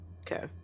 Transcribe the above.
Okay